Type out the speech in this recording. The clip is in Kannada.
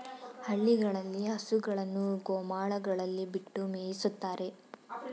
ಹಳ್ಳಿಗಳಲ್ಲಿ ಹಸುಗಳನ್ನು ಗೋಮಾಳಗಳಲ್ಲಿ ಬಿಟ್ಟು ಮೇಯಿಸುತ್ತಾರೆ